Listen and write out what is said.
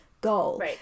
goal